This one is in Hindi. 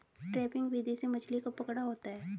ट्रैपिंग विधि से मछली को पकड़ा होता है